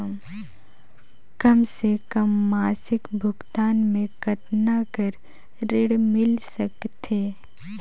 कम से कम मासिक भुगतान मे कतना कर ऋण मिल सकथे?